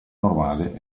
normale